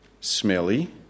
smelly